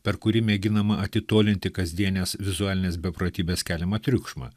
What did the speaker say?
per kurį mėginama atitolinti kasdienės vizualinės beprotybės keliamą triukšmą